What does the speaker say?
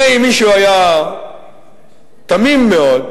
אם מישהו היה תמים מאוד,